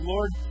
Lord